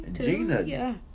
Gina